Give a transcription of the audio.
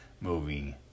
movie